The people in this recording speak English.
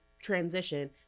transition